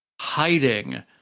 hiding